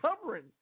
covering